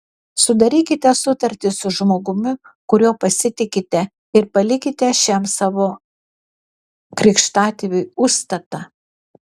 sudarykite sutartį su žmogumi kuriuo pasitikite ir palikite šiam savo krikštatėviui užstatą